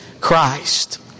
Christ